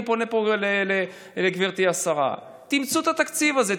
אני פונה פה לגברתי השרה: תמצאו את התקציב הזה,